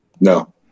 No